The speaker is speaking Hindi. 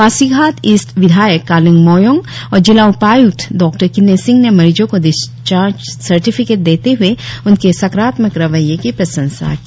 पासीघाट ईस्ट विधायक कालिंग मोयोंग और जिला उपाय्क्त डॉकिन्नी सिंह ने मरिजों को डिस्चार्ज सार्टिफिकेट देते हए उनके सकारात्मक रवैये की प्रशंसा की